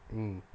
mm